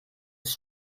ist